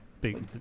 big